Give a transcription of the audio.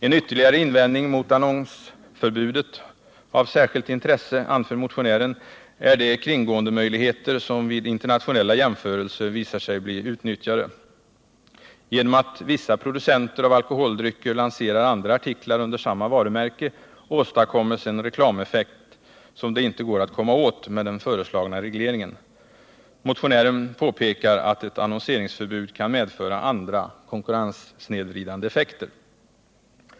En ytterligare invändning mot annonseringsförbud av särskilt intresse är, anför motionären, de kringgåendemöjligheter som vid internationella jämförelser visar sig bli utnyttjade. Genom att vissa producenter av alkoholdrycker lanserar andra artiklar under samma varumärke åstadkoms en reklameffekt som det inte går att komma åt med den föreslagna regleringen. Motionären påpekar att ett annonseringsförbud kan medföra andra konkurrenssnedvridande effekter.